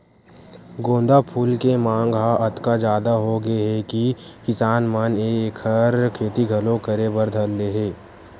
गोंदा फूल के मांग ह अतका जादा होगे हे कि किसान मन ह एखर खेती घलो करे बर धर ले हे